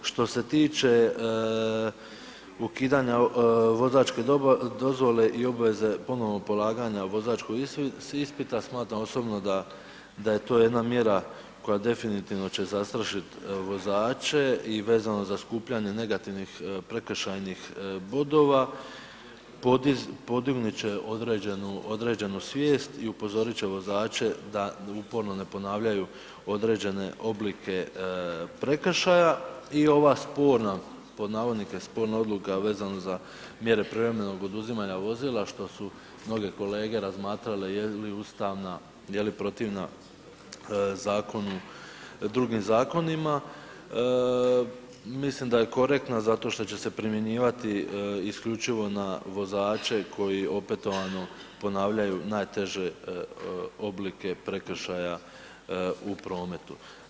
Što se tiče ukidanja vozačke dozvole i obveze ponovnog polaganja vozačkog ispita, smatram osobno da je to jedna mjera koja definitivno će zastrašit vozače i vezano za skupljanje negativnih prekršajnih bodova, podignit će određenu svijest i upozorit će vozače da uporno ne ponavljaju određene oblike prekršaja i ova sporna, pod navodnike sporna odluka vezano za mjere privremenog oduzimanja vozila, što su mnoge kolege razmatrale je li ustavna, je li protivna zakonu, drugim zakonima, mislim da je korektna zato što će se primjenjivati isključivo na vozače koji opetovano ponavljaju najteže oblike prekršaja u prometu.